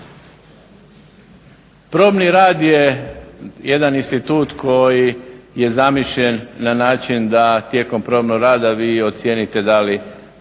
Probni rad je jedan institut koji je zamišljen na način da tijekom probnog rada vi ocijenite da li